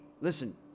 listen